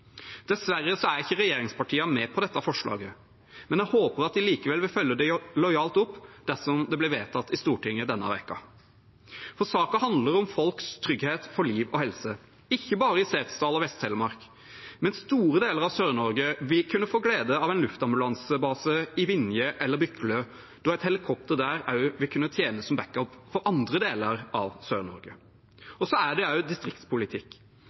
er ikke regjeringspartiene med på dette forslaget. Jeg håper de likevel vil følge det opp lojalt dersom det blir vedtatt i Stortinget denne uken, for saken handler om folks trygghet for liv og helse. Ikke bare Setesdal og Vest-Telemark, men store deler av Sør-Norge vil kunne få glede av en luftambulansebase i Vinje eller Bykle, da et helikopter der også vil kunne tjene som backup for andre deler av Sør-Norge. Det er også distriktspolitikk.